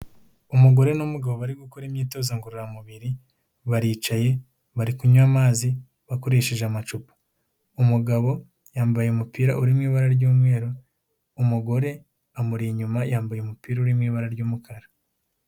Umugore n'umugabo bari gukora imyitozo ngororamubiri, baricaye bari kunywa amazi bakoresheje amacupa, umugabo yambaye umupira uri mu ibara ry'umweru, umugore amuri inyuma yambaye umupira uri mu ibara ry'umukara.